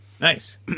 Nice